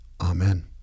Amen